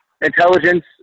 intelligence